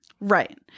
Right